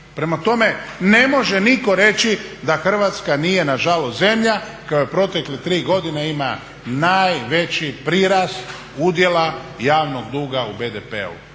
Prema tome, ne može nikome reći da Hrvatska nije nažalost zemlja koja u protekle 3 godine ima najveći prirast udjela javnog duga u BDP-u.